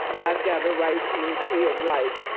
i've got a right to the tree of life.